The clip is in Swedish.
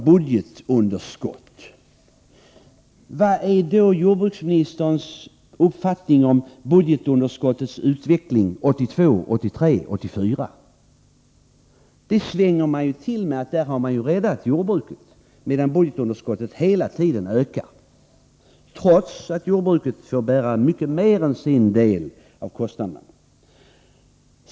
Jag skulle vilja fråga jordbruksministern vad han har för uppfattning om budgetunderskottets utveckling för åren 1982, 1983 och 1984. Han svänger till med att säga att man har räddat jordbruket medan budgetunderskottet hela tiden har ökat. Det säger han alltså trots att jordbruket får bära mycket mer än sin del av kostnaderna.